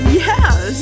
yes